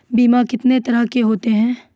बीमा कितने तरह के होते हैं?